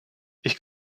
ich